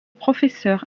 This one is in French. professeur